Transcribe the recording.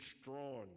strong